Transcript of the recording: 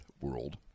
world